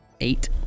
Eight